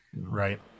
Right